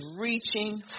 reaching